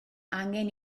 angen